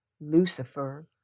Lucifer